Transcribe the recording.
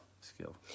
skill